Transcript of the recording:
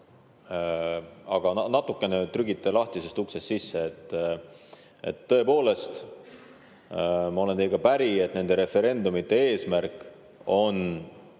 Aga te natukene trügite lahtisest uksest sisse. Tõepoolest, ma olen teiega päri, et nende referendumite eesmärk on